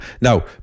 Now